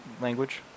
Language